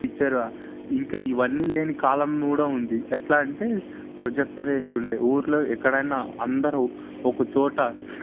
picture ఇంకా ఇవన్నీ లేని కాలం కూడ ఉంది ఎట్లా అంటే ప్రొజెక్టర్ ఏసుండే ఊరులో ఎక్కడైనా అందరూ ఒకచోట